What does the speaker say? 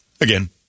again